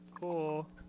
cool